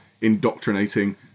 indoctrinating